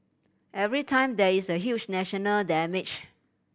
every time there is a huge national damage